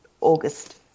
August